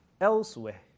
elsewhere